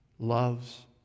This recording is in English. loves